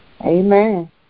Amen